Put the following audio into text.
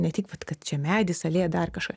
ne tik vat kad čia medis alėja dar kažką